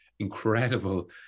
incredible